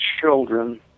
children